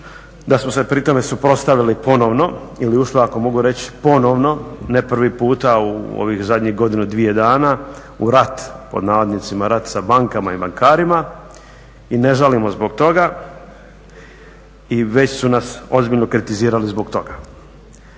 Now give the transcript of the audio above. da smo se pri tome suprotstavili ponovno ili ušla ako mogu reći ponovno ne prvi puta u zadnjih ovih godinu, dvije dana u "rat" sa bankama i bankarima i ne žalimo zbog toga i već su nas ozbiljno kritizirali zbog toga.